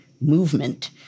Movement